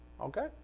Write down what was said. Okay